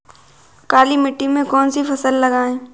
काली मिट्टी में कौन सी फसल लगाएँ?